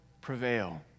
prevail